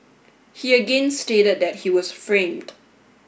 he again stated that he was framed